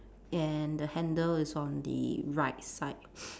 and the handle is on the right side